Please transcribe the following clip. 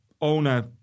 owner